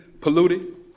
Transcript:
polluted